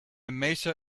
maser